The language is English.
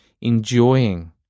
enjoying